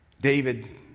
David